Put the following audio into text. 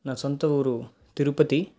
నా సొంత ఊరు తిరుపతి